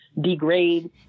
degrade